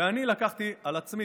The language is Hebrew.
ואני לקחתי על עצמי,